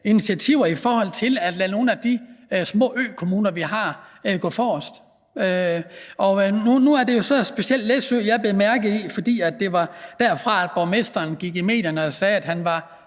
initiativer i forhold til at lade nogle af de små økommuner, vi har, gå forrest. Nu er det jo så specielt Læsø, jeg bed mærke i, fordi det var borgmesteren fra Læsø, der gik i medierne og sagde, at han var